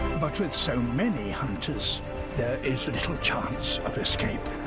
but with so many hunters there is little chance of escape.